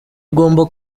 agomba